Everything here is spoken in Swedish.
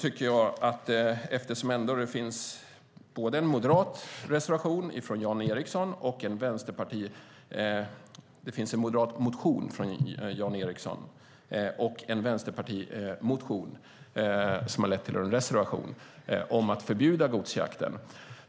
Det finns en moderat motion från Jan Ericson och en vänsterpartimotion som har lett till en reservation om att förbjuda godsjakten.